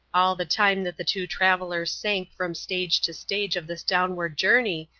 all the time that the two travellers sank from stage to stage of this downward journey,